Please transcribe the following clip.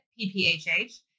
PPHH